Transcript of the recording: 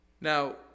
Now